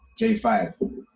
J5